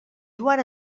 joan